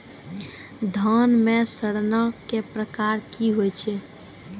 धान म सड़ना कै प्रकार के होय छै?